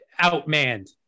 outmanned